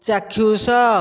ଚାକ୍ଷୁଷ